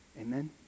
Amen